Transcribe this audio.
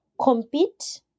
compete